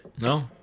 No